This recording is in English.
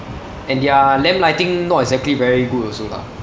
and their lamp lighting not exactly very good also lah